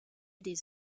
des